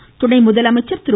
இதில் துணை முதலமைச்சர் திரு